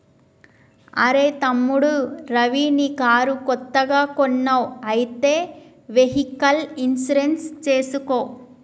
అరెయ్ తమ్ముడు రవి నీ కారు కొత్తగా కొన్నావ్ అయితే వెహికల్ ఇన్సూరెన్స్ చేసుకో